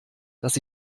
dass